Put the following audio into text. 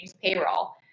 payroll